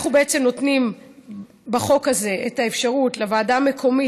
אנחנו בעצם נותנים בחוק הזה את האפשרות לוועדה המקומית,